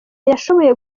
yashoboye